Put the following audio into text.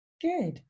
Good